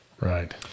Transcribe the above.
Right